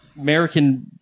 American